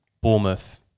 Bournemouth